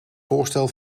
voorstel